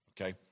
okay